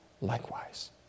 likewise